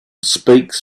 speaks